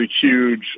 huge